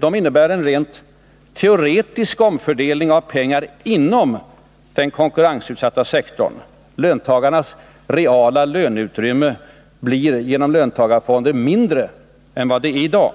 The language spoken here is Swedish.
De innebär en rent teoretisk omfördelning av pengar inom den konkurrensutsatta sektorn. Löntagarnas reala löneutrymme blir genom löntagarfonder mindre än vad det är i dag.